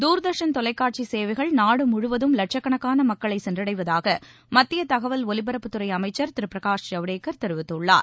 தூர்தர்ஷன் தொலைக்காட்சி சேவைகள் நாடு முழுவதும் லட்சக்கணக்கான மக்களை சென்றடைவதாக மத்திய தகவல் ஒலிபரப்புத்துறை அமைச்சர் திரு பிரகாஷ் ஜவ்டேகர் தெரிவித்துள்ளார்